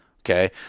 Okay